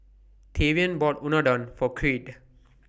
Tavion bought Unadon For Creed